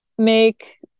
make